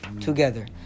together